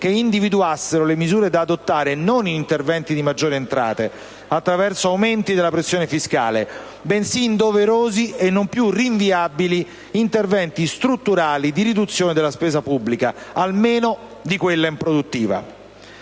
che individuassero le misure da adottare non in interventi di maggiori entrate, attraverso l'aumento della pressione fiscale, bensì in doverosi e non più rinviabili interventi strutturali di riduzione della spesa pubblica, almeno di quella improduttiva.